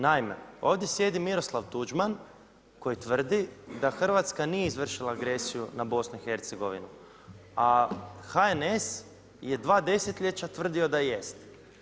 Naime, ovdje sjedi Miroslav Tuđman koji tvrdi da Hrvatska nije izvršila agresiju na BiH, a HNS je dva desetljeća tvrdio da jest.